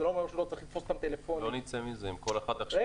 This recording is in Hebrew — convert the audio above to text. זה לא אומר שהוא לא צריך -- לא נצא מזה אם כל אחד -- רגע,